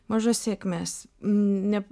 mažas sėkmės ne